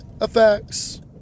effects